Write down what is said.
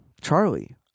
Charlie